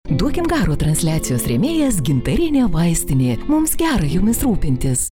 duokim garo transliacijos rėmėjas gintarinė vaistinė mums gerai jumis rūpintis